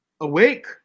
awake